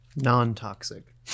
Non-toxic